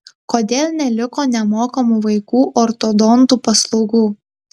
kodėl neliko nemokamų vaikų ortodontų paslaugų